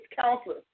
counselor